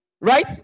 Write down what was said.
right